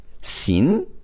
Sin